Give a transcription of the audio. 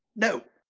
no!